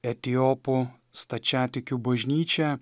etiopų stačiatikių bažnyčia